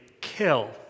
kill